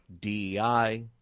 DEI